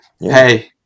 Hey